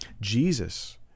Jesus